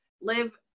live